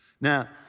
Now